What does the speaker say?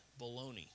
baloney